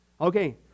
Okay